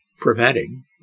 Preventing